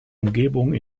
umgebung